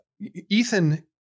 Ethan